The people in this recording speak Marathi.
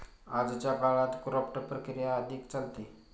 आजच्या काळात क्राफ्ट प्रक्रिया अधिक चालते